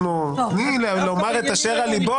תני לו לומר את אשר על לבו.